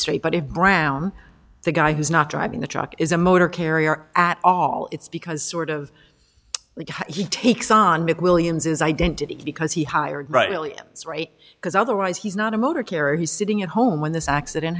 straight but if brown the guy who's not driving the truck is a motor carrier at all it's because sort of he takes on mitt williams's identity because he hired rightly right because otherwise he's not a motor carrier he's sitting at home when this accident